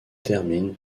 termine